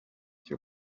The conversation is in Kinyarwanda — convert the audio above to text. cyo